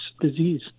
disease